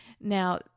Now